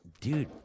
dude